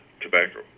tobacco